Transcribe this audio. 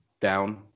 down